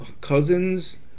Cousins